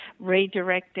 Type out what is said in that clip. redirecting